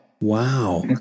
Wow